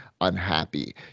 unhappy